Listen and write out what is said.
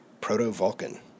Proto-Vulcan